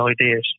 ideas